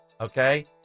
Okay